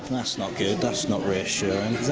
that's not good that's not reassuring.